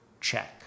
check